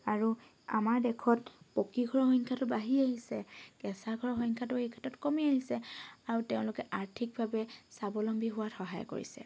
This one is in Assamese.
আৰু আমাৰ দেশত পকি ঘৰৰ সংখ্যাটো বাঢ়ি আহিছে কেঁচা ঘৰৰ সংখ্যাটো এই ক্ষেত্ৰত কমি অহিছে আৰু তেওঁলোকে আৰ্থিকভাৱে স্বাৱলম্বী হোৱাত সহায় কৰিছে